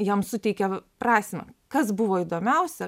jam suteikia prasmę kas buvo įdomiausia